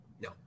No